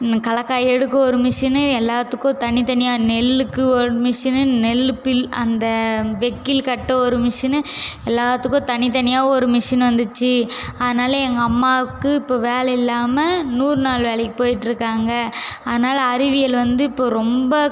இன்னும் கலக்காயை எடுக்க ஒரு மிஷினு எல்லோத்துக்கும் தனித்தனியாக நெல்லுக்கு ஒரு மிஷினு நெல் பில் அந்த வைக்கலு கட்ட ஒரு மிஷினு எல்லோத்துக்கும் தனித்தனியாக ஒரு மிஷினு வந்திடுச்சி அதனாலேயே எங்கள் அம்மாவுக்கு இப்போ வேலை இல்லாமல் நூறு நாள் வேலைக்கு போய்ட்ருக்காங்க அதனால் அறிவியல் வந்து இப்போ ரொம்ப